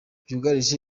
byugarije